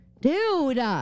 dude